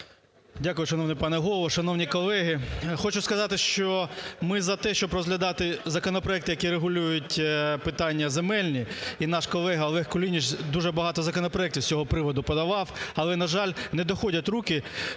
Дякую. Шановний пане Голово, шановні колеги, хочу сказати, що ми за те, щоб розглядати законопроект, який регулює питання земельні. І наш колега Олег Кулініч дуже багато законопроектів з цього приводу подавав, але, на жаль, не доходять руки